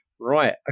Right